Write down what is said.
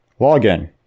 Login